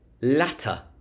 latter